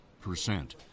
percent